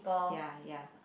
ya ya